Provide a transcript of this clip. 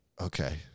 Okay